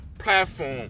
Platform